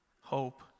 hope